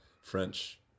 French